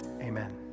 amen